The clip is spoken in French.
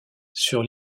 sur